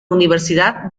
universidad